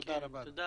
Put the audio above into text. תודה,